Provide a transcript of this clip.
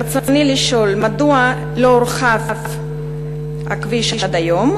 ברצוני לשאול: 1. מדוע לא הורחב הכביש עד היום?